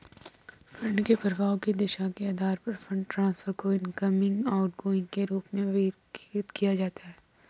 fund के प्रवाह की दिशा के आधार पर फंड ट्रांसफर को इनकमिंग, आउटगोइंग के रूप में वर्गीकृत किया जाता है